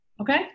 okay